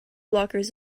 blockers